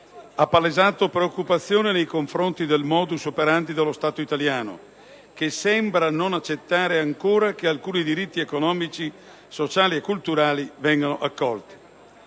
ha palesato preoccupazione nei confronti del *modus operandi* dello Stato italiano, che sembra non accettare ancora che alcuni diritti economici, sociali e culturali, vengano accolti.